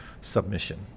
submission